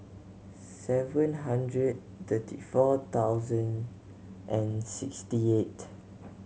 seven hundred thirty four thousand and sixty eight